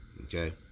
Okay